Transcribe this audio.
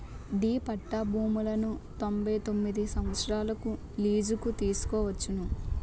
D పట్టా భూములను తొంభై తొమ్మిది సంవత్సరాలకు లీజుకు తీసుకోవచ్చును